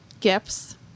gifts